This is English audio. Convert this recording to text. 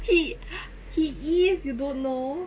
he he is you don't know